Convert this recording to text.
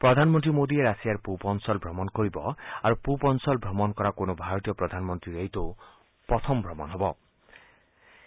প্ৰধানমন্ত্ৰী মোডীয়ে ৰাছিয়াৰ পুব অঞ্চল ভ্ৰমণ কৰিব আৰু পুব অঞ্চলৰ ভ্ৰমণ কৰা কোনো ভাৰতীয় প্ৰধানমন্ত্ৰীৰ এইটো প্ৰথম ভ্ৰমণ হ'ব